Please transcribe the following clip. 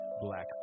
black